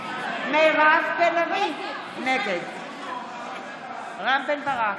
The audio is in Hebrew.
נגד רם בן ברק,